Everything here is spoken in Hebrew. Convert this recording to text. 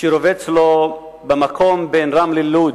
שרובץ לו במקום בין רמלה ללוד.